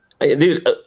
Dude